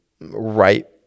right